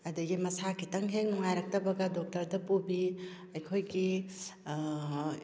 ꯑꯗꯨꯗꯒꯤ ꯃꯁꯥ ꯈꯤꯇꯪ ꯍꯦꯛ ꯅꯨꯡꯉꯥꯏꯔꯛꯇꯕꯒ ꯗꯣꯛꯇꯔꯗ ꯄꯨꯕꯤ ꯑꯩꯈꯣꯏꯒꯤ